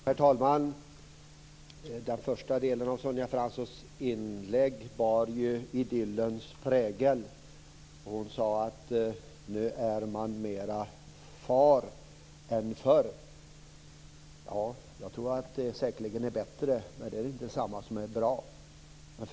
Herr talman! Den första delen av Sonja Franssons inlägg bar idyllens prägel. Hon sade att man nu är mera far än förr. Ja, jag tror att förhållandena säkerligen har förbättrats, men det är inte detsamma som att de är bra.